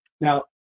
Now